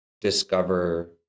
discover